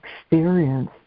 experience